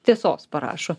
tiesos parašo